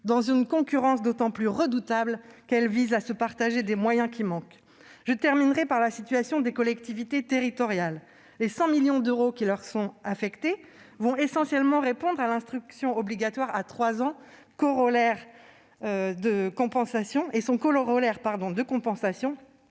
dans une concurrence d'autant plus redoutable qu'elle vise à se partager des moyens qui manquent. Je terminerai en abordant la situation des collectivités territoriales. Les 100 millions d'euros qui leur sont affectés vont essentiellement répondre à l'instruction obligatoire à 3 ans et à son corollaire de compensations